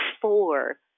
four